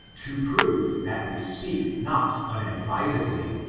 to prove that we speak not unadvisedly,